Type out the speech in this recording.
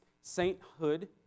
Sainthood